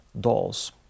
dolls